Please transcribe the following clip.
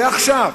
ועכשיו,